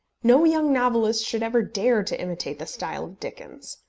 no young novelist should ever dare to imitate the style of dickens.